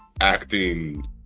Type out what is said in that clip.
acting